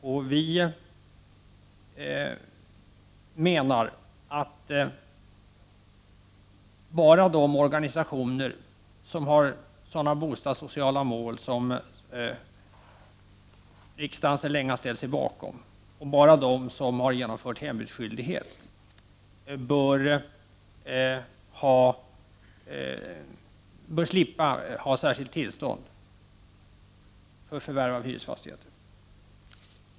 Miljöpartiet menar att bara de organisationer som har sådana bostadssociala mål som riksdagen sedan länge har ställt sig bakom, och bara de som har genomfört hembudsskyldighet, bör slippa ha särskilt tillstånd för förvärv av hyresfastigheter.